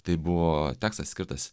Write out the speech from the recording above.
tai buvo tekstas skirtas